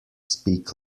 speak